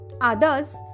Others